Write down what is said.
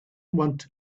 want